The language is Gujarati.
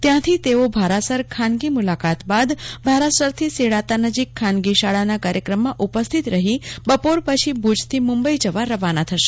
ત્યાંથી તેઓ ભારાસર ખાનગી મુલાકાત બાદ ભારાસરથી સેડાતા નજથીક ખાનગી શાળાના કાર્યક્રમમાં ઉપસ્થિત રહી બપોર પછી ભુજથી મુંબઈ જવા રવાના થશે